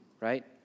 right